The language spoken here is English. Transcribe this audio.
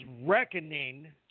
Reckoning